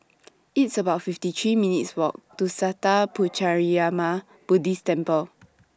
It's about fifty three minutes' Walk to Sattha Puchaniyaram Buddhist Temple